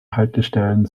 haltestellen